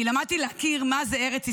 כי למדתי להכיר מה זה ארץ ישראל,